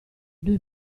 due